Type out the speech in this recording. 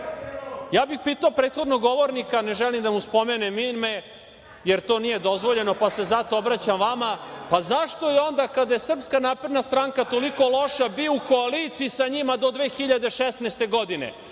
bih pitao prethodnog govornika, ne želim da mu spomenem ime, jer to nije dozvoljeno, pa se zato obraćam vama, pa zašto je onda, kada je SNS toliko loša, bio u koaliciji sa njima do 2016. godine?